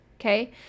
Okay